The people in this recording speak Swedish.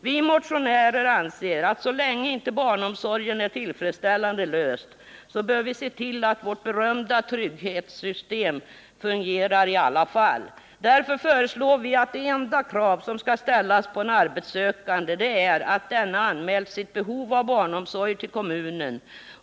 Vi motionärer anser att så länge barnomsorgen inte är tillfredsställande löst bör vi se till att vårt berömda trygghetssystem i alla fall fungerar. Därför föreslår vi att det enda krav som skall ställas på en arbetssökande är att denne anmält sitt behov av barnomsorg till kommunen.